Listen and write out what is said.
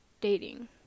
dating